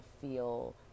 feel